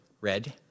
Red